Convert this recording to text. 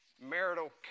marital